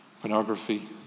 pornography